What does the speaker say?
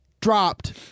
dropped